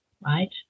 right